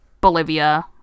Bolivia